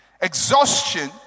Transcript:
Exhaustion